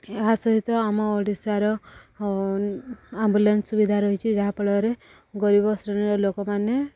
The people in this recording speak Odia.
ଏହା ସହିତ ଆମ ଓଡ଼ିଶାର ଆମ୍ବୁଲାନ୍ସ ସୁବିଧା ରହିଛି ଯାହାଫଳରେ ଗରିବ ଶ୍ରେଣୀର ଲୋକମାନେ